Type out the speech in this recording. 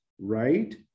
right